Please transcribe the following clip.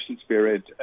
spirit